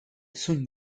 sun